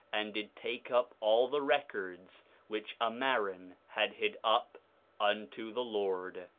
and did take up all the records which ammaron had hid up unto the lord.